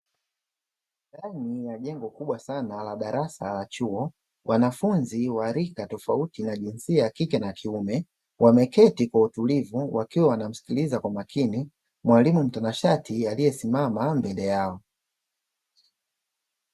Ndani ya jengo kubwa sana la darasa la chuo. Wanafunzi wa rika tofauti na jinsia ya kike na kiume, wameketi kwa utulivu wakiwa wanamsikiliza kwa makini mwalimu mtanashati aliyesimama mbele yao.